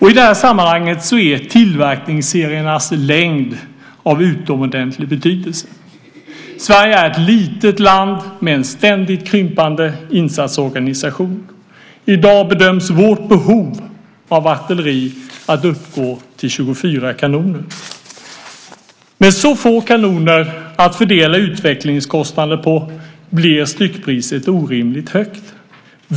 I det här sammanhanget är tillverkningsseriernas längd av utomordentlig betydelse. Sverige är ett litet land med en ständigt krympande insatsorganisation. I dag bedöms vårt behov av artilleri att uppgå till 24 kanoner. Med så få kanoner att fördela utvecklingskostnader på blir styckpriset orimligt högt.